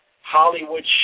Hollywood